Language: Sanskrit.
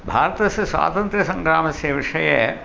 भारतस्य स्वातन्त्र्यसङ्ग्रामस्य विषये